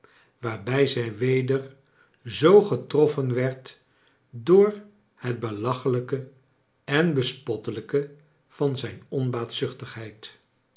waarbij zij weder zoo getroffen werd door het helachelijke en bespottelijke van zijn